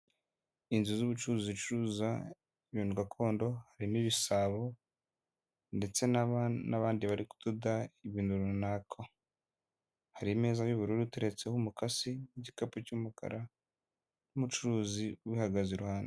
Inzu z'ubucuruzi zicuruza ibintu gakondo harimo ibisabo ndetse n'abandi bari kudoda ibintu runaka, hari ameza y'ubururu uteretseho umukasi n'igikapu cy'umukara n'umucuruzi ubihagaze iruhande.